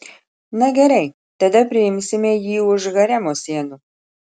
na gerai tada priimsime jį už haremo sienų